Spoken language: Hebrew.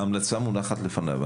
ההמלצה מונחת בפניו.